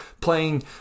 playing